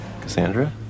Cassandra